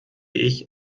ich